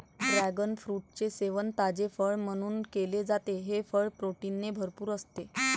dragon फ्रूटचे सेवन ताजे फळ म्हणून केले जाते, हे फळ प्रोटीनने भरपूर असते